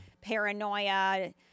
Paranoia